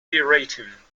rating